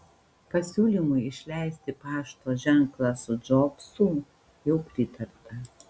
pasiūlymui išleisti pašto ženklą su džobsu jau pritarta